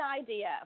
idea